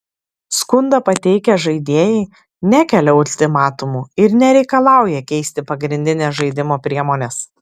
skundą pateikę žaidėjai nekelia ultimatumų ir nereikalauja keisti pagrindinės žaidimo priemonės